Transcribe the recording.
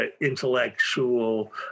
intellectual